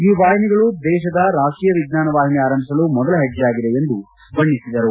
ಈ ವಾಹಿನಿಗಳು ದೇಶದ ರಾಷ್ಟೀಯ ವಿಜ್ಞಾನ ವಾಹಿನಿ ಆರಂಭಿಸಲು ಮೊದಲ ಹೆಜ್ಜೆಯಾಗಿದೆ ಎಂದು ಬಣ್ಣೆಸಿದರು